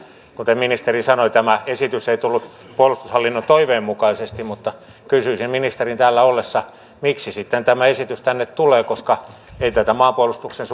kuten ministeri sanoi tämä esitys ei tullut puolustushallinnon toiveen mukaisesti mutta kysyisin ministerin täällä ollessa miksi sitten tämä esitys tänne tulee koska ei tätä maanpuolustuksen